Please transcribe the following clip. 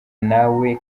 nawe